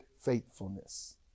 faithfulness